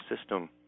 system